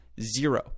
Zero